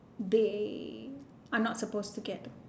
they are not supposed to get